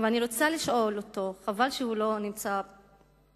אני רוצה לשאול אותו, חבל שהוא לא נמצא במליאה,